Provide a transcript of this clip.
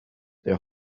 their